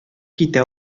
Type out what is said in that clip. китә